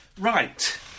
Right